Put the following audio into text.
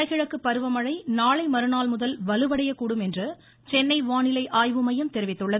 வடகிழக்கு பருவமழை நாளைமறுநாள்முதல் வலுவடையக்கூடும் என்று சென்னை வானிலை ஆய்வுமையம் தெரிவித்துள்ளது